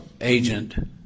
agent